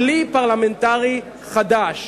כלי פרלמנטרי חדש: